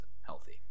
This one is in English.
healthy